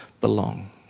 belong